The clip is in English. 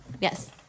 Yes